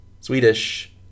Swedish